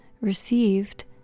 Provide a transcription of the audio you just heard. received